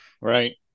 right